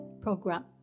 program